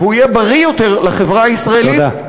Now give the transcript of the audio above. והוא יהיה בריא יותר לחברה הישראלית,